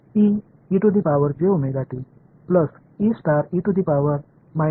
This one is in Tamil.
எனவே இதை நான் பாதியாக எழுதலாம் அதனால் சரி